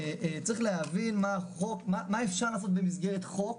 צריך להבין מה אפשר לעשות במסגרת חוק,